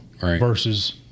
versus